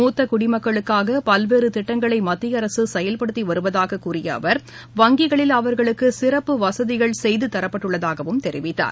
மூத்த குடிமக்களுக்னக பல்வேறு திட்டங்களை மத்திய அரசு செயல்படுத்தி வருவதாக கூறிய அவர் வங்கிகளில் அவர்களுக்கு சிறப்பு வசதிகள் செய்து தரப்பட்டுள்ளதாகவும் பிரதமர் கூறினார்